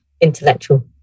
intellectual